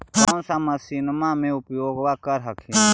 कौन सा मसिन्मा मे उपयोग्बा कर हखिन?